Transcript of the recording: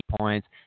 points